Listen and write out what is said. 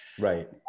right